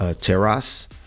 terrace